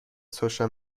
سوشا